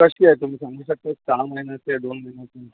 कशी आहे तुम्ही सांगू शकता सहा महिन्याचे आहे दोन महिन्याचे आहे